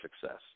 success